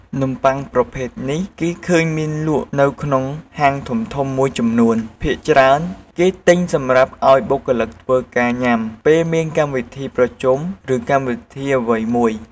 នំបុ័ងប្រភេទនេះគេឃើញមានលក់នៅក្នុងហាងធំៗមួយចំនួន ភាគច្រើនគេទិញសម្រាប់ឲ្យបុគ្គលិកធ្វើការញុាំពេលមានកម្មវីធីប្រជុំឬកម្មវីធីអ្វីមួយ។